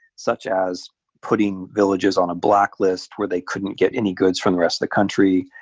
such as putting villages on a blacklist where they couldn't get any goods from the rest of the country,